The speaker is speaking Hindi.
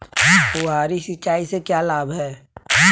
फुहारी सिंचाई के क्या लाभ हैं?